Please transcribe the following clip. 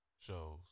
shows